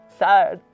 sad